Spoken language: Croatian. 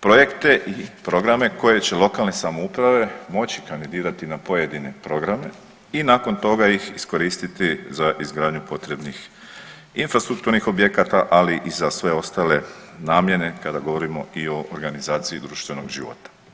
projekte i programe koje će lokalne samouprave moći kandidirati na pojedine programe i nakon toga iz iskoristiti za izgradnju potrebnih infrastrukturnih objekata, ali i za sve ostale namjene kada govorimo i organizaciji društvenog života.